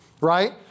right